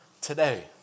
today